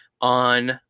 on